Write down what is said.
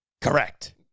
Correct